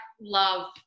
love